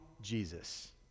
Jesus